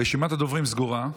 רשימת הדוברים סגורה.